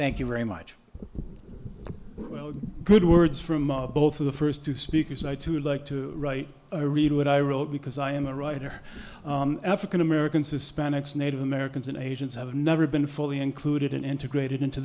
thank you very much good words from both of the first two speakers i too like to write i read what i wrote because i am a writer african americans hispanics native americans and agents have never been fully included an integrated into